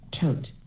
tote